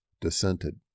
dissented